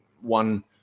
One